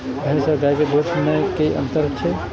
भैस और गाय के दूध में कि अंतर छै?